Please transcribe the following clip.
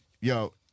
yo